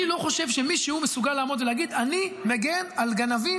אני לא חושב שמישהו מסוגל לעמוד ולהגיד: אני מגן על גנבים,